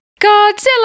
Godzilla